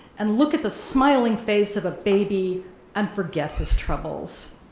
and look at the smiling face of a baby and forget his troubles.